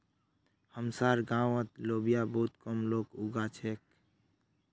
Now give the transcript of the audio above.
हमसार गांउत लोबिया बहुत कम लोग उगा छेक